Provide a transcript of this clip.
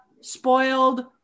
spoiled